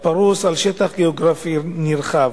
הפרוס על שטח גיאוגרפי נרחב.